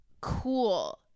cool